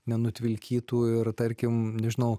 nenutvilkytų ir tarkim nežinau